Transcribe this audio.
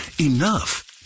Enough